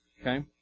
Okay